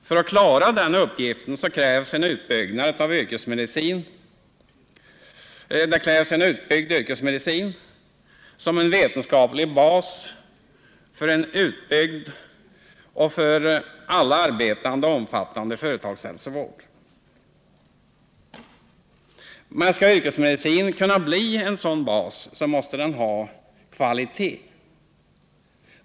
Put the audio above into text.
För att klara den uppgiften krävs en utbyggd yrkesmedicin som vetenskaplig bas för en utbyggd företagshälsovård, omfattande alla arbetande. Men skall yrkesmedicinen bli en sådan bas, måste den ha kvalitet.